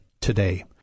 today